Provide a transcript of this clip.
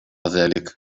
ذلك